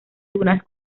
dunas